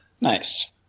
Nice